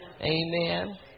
Amen